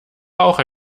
auch